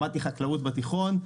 למדתי חקלאות בתיכון.